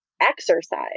exercise